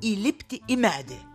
įlipti į medį